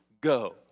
go